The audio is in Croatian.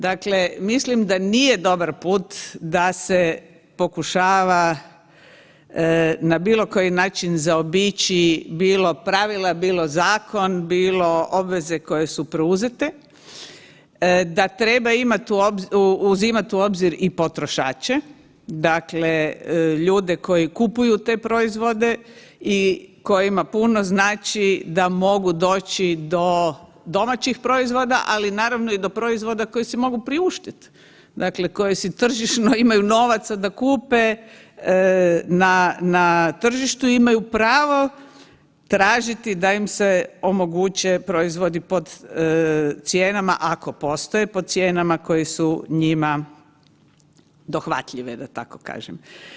Dakle, mislim da nije dobar put da se pokušava na bilo koji način zaobići bilo pravila, bilo zakon, bilo obveze koje su preuzete da treba imati uzimat u obzir i potrošače, ljude koji kupuju te proizvode i kojima puno znači da mogu doći do domaćih proizvoda, ali i do proizvoda koji si mogu priuštiti, dakle koji si tržišno imaju novaca da kupe na tržištu imaju pravo tražiti da im se omoguće proizvodi pod cijenama, ako postoje po cijenama koji su njima dohvatljive da tako kažem.